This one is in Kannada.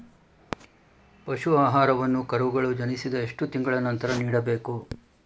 ಪಶು ಆಹಾರವನ್ನು ಕರುಗಳು ಜನಿಸಿದ ಎಷ್ಟು ತಿಂಗಳ ನಂತರ ನೀಡಬೇಕು?